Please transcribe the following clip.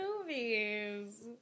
movies